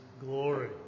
glory